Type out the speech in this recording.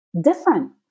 different